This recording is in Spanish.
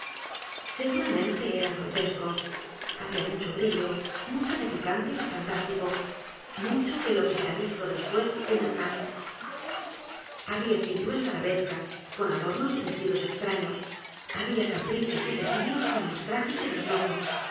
seguramente eran grotescos había mucho brillo mucho de picante y de fantástico mucho d é l o que se ha visto después en hernani había figuras arabescas c o n a d o r n o s y vestidos extraños había caprichos i de delirio como los trajes d é l o s locos